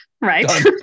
Right